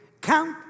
count